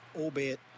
albeit